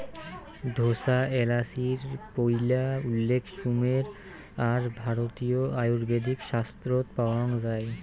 ঢোসা এ্যালাচির পৈলা উল্লেখ সুমের আর ভারতীয় আয়ুর্বেদিক শাস্ত্রত পাওয়াং যাই